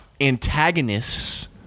antagonists